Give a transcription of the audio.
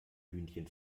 hühnchen